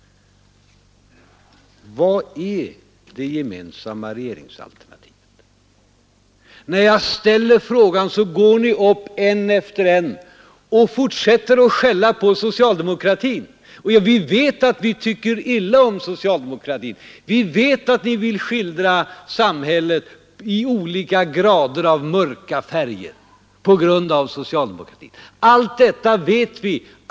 Var är det gemensamma regeringsalternativet? När jag ställer frågan går ni upp en efter en och fortsätter med att skälla på socialdemokratin. Vi vet att ni tycker illa om socialdemokratin. Vi vet att ni vill skildra samhället i olika grader av mörka färger på grund av socialdemokratin. Allt detta vet vi.